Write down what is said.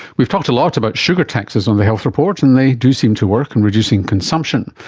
we've talked a lot about sugar taxes on the health report and they do seem to work in reducing consumption,